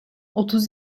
otuz